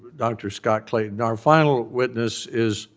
dr. scott-clayton. our final witness is